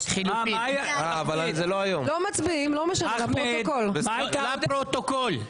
לא מצביעים, לפרוטוקול.